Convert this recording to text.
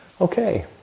okay